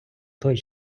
той